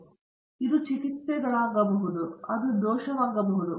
ಆದ್ದರಿಂದ ಇದು ಚಿಕಿತ್ಸೆಗಳಾಗಬಹುದು ಮತ್ತು ಅದು ದೋಷವಾಗಬಹುದು